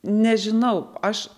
nežinau aš